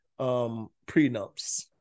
prenups